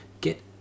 get